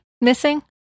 Missing